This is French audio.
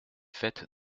faite